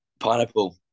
Pineapple